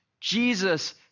Jesus